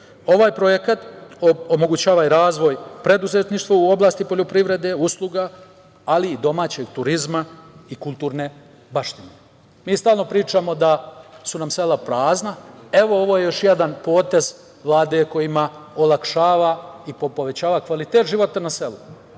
Ovaj projekata omogućava i razvoj preduzetništva u oblasti poljoprivrede, usluga, ali i domaćeg turizma i kulturne baštine. Stalno pričamo da su nam sela prazna. Ovo je još jedan potez Vlade kojim se olakšava i povećava kvalitet života na selu,